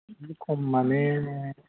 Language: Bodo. खम माने